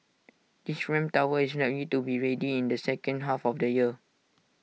this ramp tower is likely to be ready in the second half of the year